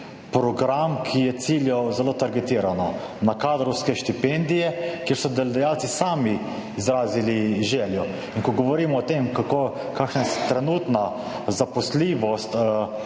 program, ki je ciljal zelo targetirano na kadrovske štipendije, kjer so delodajalci sami izrazili željo. In ko govorimo o tem, kakšna je trenutna zaposljivost